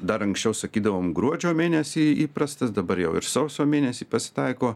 dar anksčiau sakydavom gruodžio mėnesį įprastas dabar jau ir sausio mėnesį pasitaiko